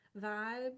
vibe